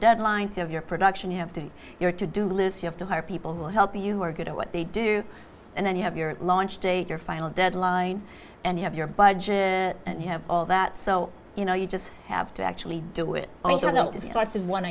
deadlines of your production you have to your to do list you have to hire people who will help you who are good at what they do and then you have your launch date your final deadline and you have your budget and you have all that so you know you just have to actually do it